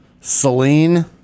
Celine